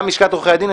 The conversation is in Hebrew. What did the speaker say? גם לשכת עורכי הדין,